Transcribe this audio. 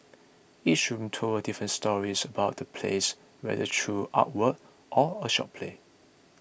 each room told a different storys about the place whether through artwork or a short play